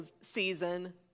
season